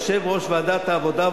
יושב-ראש ועדת העבודה,